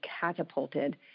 catapulted